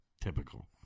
Typical